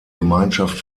gemeinschaft